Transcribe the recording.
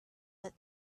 but